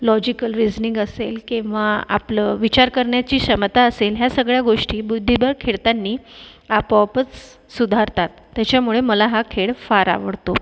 logical reasoning असेल किंवा आपलं विचार करण्याची क्षमता असेल ह्या सगळ्या गोष्टी बुद्धिबळ खेळताना आपोआपच सुधारतात त्याच्यामुळे मला हा खेळ फार आवडतो